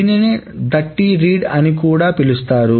దీనినే dirty read అని కూడా పిలుస్తారు